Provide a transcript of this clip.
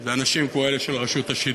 זה האנשים כמו אלה של רשות השידור.